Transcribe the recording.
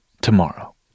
tomorrow